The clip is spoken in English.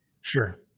sure